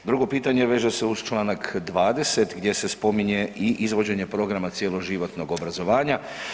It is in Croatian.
Drugo pitanje veže se uz čl. 20. gdje se spominje i izvođenje programa cjeloživotnog obrazovanja.